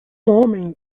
homem